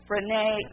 Renee